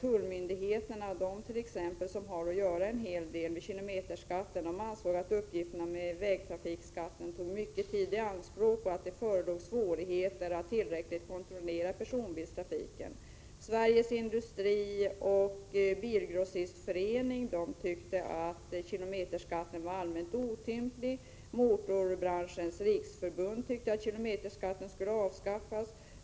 tullmyndigheterna, som har att göra en hel del med kilometerskatten, att uppgifterna med vägtrafikskatten tog mycket tid i anspråk och att det förelåg svårigheter att tillräckligt kontrollera personbilstrafiken. Sveriges industrioch bilgrossistförening tyckte att kilometerskatten var allmänt otymplig. Motorbranschens riksförbund tyckte att kilometerskatten skulle avskaffas.